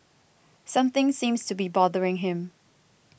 something seems to be bothering him